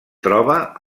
troba